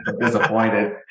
disappointed